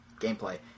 gameplay